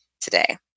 today